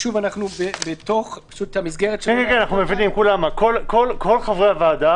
שוב, אנחנו בתוך מסגרת --- כן, כל חברי הוועדה